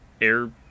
air